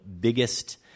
biggest